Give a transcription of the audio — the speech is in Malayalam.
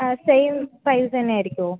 same price തന്നെയായിരിക്കുമോ